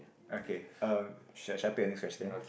okay um should I should I pick the next question